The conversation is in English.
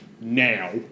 now